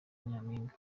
nyampinga